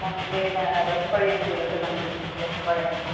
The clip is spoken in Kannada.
ನಮಗೆ ನಾ ರಸಬಾಳೆ ಹಣ್ ಇದೆಯಲ್ಲ ಸರ್ ನಂಜನ್ಗೂಡು ರಸಬಾಳೆ ಹಣ್